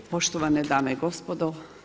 Poštovane dame i gospodo.